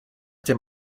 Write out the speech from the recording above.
dem